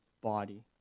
body